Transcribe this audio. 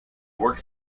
worked